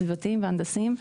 הסביבתיים וההנדסיים,